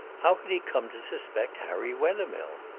how had he come to suspect harry wethermill?